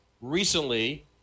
recently